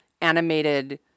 animated